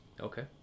Okay